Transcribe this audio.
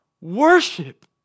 Worship